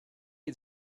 had